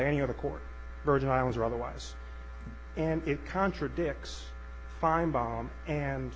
any of the court virgin islands or otherwise and it contradicts fine bomb and